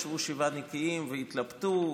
ישבו שבעה נקיים והתלבטו,